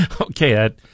Okay